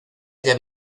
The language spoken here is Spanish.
haya